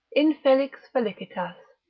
infelix felicitas,